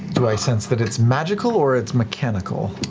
do i sense that it's magical or it's mechanical?